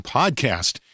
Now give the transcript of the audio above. podcast